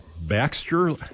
Baxter